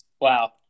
Wow